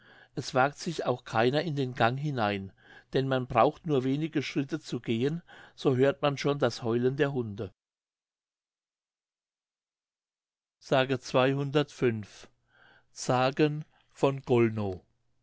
es wagt sich auch keiner in den gang hinein denn man braucht nur wenige schritte zu gehen so hört man schon das heulen der hunde mündlich sagen von gollnow